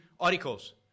Articles